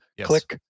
click